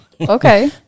okay